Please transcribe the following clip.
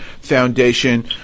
Foundation